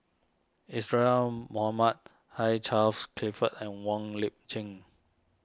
Mohamed Hugh Charles Clifford and Wong Lip Chin